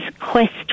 Quest